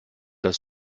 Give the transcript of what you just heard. das